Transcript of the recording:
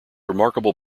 remarkable